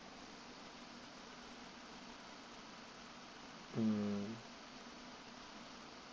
mm